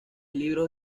libros